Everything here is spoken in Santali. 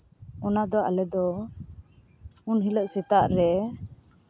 ᱚᱱᱟᱫᱚ ᱟᱞᱮᱫᱚ ᱩᱱ ᱦᱤᱞᱳᱜᱥᱮᱛᱟᱜ ᱨᱮ